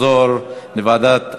לוועדת העבודה,